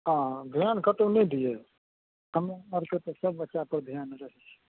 हँ धिआन कतहुँ नहि दियै हमरा आरके तऽ सब बच्चा पर धिआन रहै